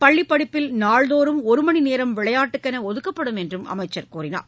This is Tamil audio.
பள்ளிப் படிப்பில் நாள்தோறும் ஒருமணிநேரம் விளையாட்டுக்கென ஒதுக்கப்படும் என்றும் அமைச்சர் கூறினார்